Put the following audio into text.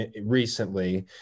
recently